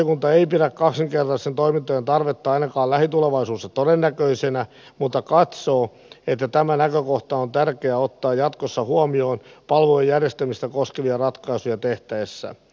valiokunta ei pidä kaksinkertaisten toimintojen tarvetta ainakaan lähitulevaisuudessa todennäköisenä mutta katsoo että tämä näkökohta on tärkeää ottaa jatkossa huomioon palvelujen järjestämistä koskevia ratkaisuja tehtäessä